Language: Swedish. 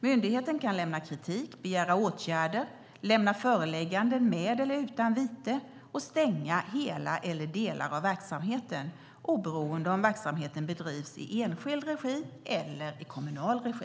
Myndigheten kan lämna kritik, begära åtgärder, lämna föreläggande med eller utan vite och stänga hela eller delar av verksamheten, oberoende av om verksamheten bedrivs i enskild regi eller i kommunal regi.